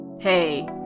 Hey